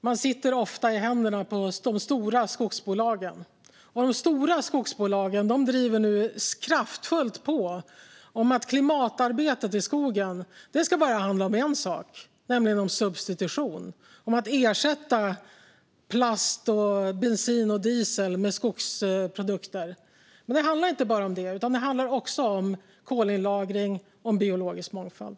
Man sitter ofta i händerna på de stora skogsbolagen. De driver nu kraftfullt på för att klimatarbetet i skogen ska handla bara om en sak: substitution, om att ersätta plast, bensin och diesel med skogsprodukter. Men det handlar inte bara om det. Det handlar också om kollagring och biologisk mångfald.